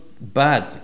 bad